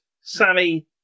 Sammy